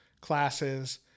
classes